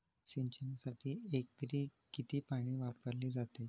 सिंचनासाठी एकरी किती पाणी वापरले जाते?